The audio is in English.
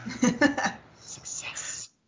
Success